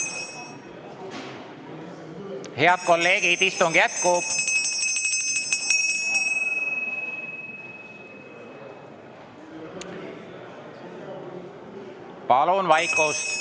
Head kolleegid, istung jätkub! Palun vaikust!